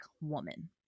woman